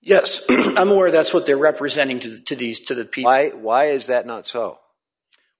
yes i'm sure that's what they're representing to to these to the why is that not so